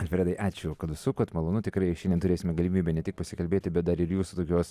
alfredai ačiū kad užsukot malonu tikrai šiandien turėsime galimybę ne tik pasikalbėti bet dar ir jūsų tokios